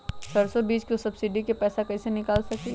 सरसों बीज के सब्सिडी के पैसा कईसे निकाल सकीले?